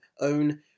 own